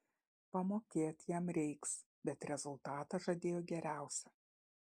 pamokėt jam reiks bet rezultatą žadėjo geriausią